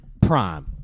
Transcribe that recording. prime